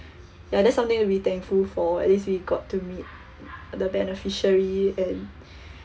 ya that's something we thankful for at least we got to meet the beneficiary and